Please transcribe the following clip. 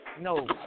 no